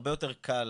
הרבה יותר קל